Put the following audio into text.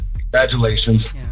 Congratulations